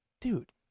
Dude